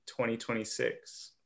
2026